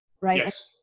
right